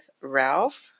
Ralph